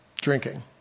drinking